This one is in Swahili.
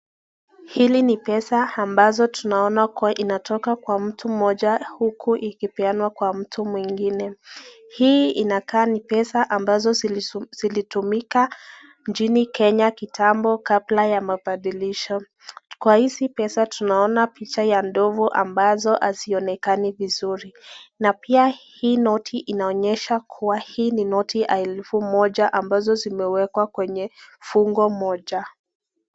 Hii ni pesa ambazo tunaona kuwa inatoka kwa mtu moja huku ikipeanwa kwa mtu mwingine. Hii inakaa ni pesa ambazo zilitumika nchini Kenya kitambo kabla ya mabadilisho. Kwa hizi pesa tunaona picha ya ndovo ambazo hazionekani vizuri. Na pia hii noti inaonyesha kuwa hii noti ya elfu moja ambazo zimewekwa kwenye fungo moja.